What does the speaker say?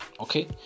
okay